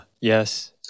Yes